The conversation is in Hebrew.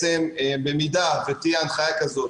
שבמידה ותהיה הנחיה כזאת